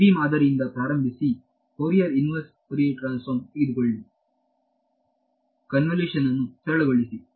ಡೆಬಿ ಮಾದರಿಯಿಂದ ಪ್ರಾರಂಭಿಸಿ Fourier inverse Fourier transform ತೆಗೆದುಕೊಳ್ಳಿ ಕನ್ವಿಲೇಶನ್ ಅನ್ನು ಸರಳಗೊಳಿಸಿ